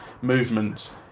movement